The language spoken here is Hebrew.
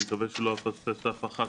אני מקווה שלא אפספס אף אחת,